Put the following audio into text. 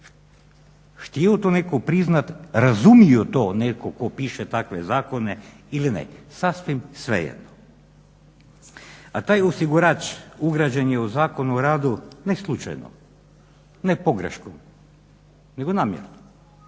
htio to netko priznati, razumio to netko tko piše takve zakone ili ne, sasvim svejedno. A taj osigurač ugrađen je u Zakon o radu ne slučajno, ne pogrešno nego namjerno.